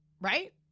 right